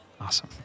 Awesome